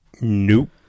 nope